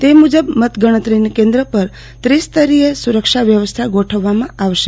તે મુજબ માતાગનાતારી કેન્દ્ર પર ત્રિસ્તરીય સુરક્ષા વ્યવસ્થા ગોઠવવામાં આવશે